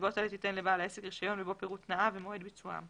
ובנסיבות אלה תיתן לבעל העסק רישיון ובו פירוט תנאיו ומועד ביצועם.